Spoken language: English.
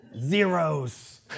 zeros